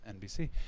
NBC